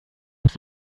was